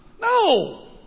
No